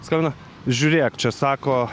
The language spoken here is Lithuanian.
skambina žiūrėk čia sako